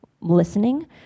listening